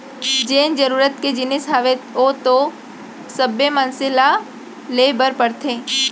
जेन जरुरत के जिनिस हावय ओ तो सब्बे मनसे ल ले बर परथे